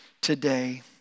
today